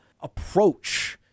approach